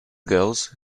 girls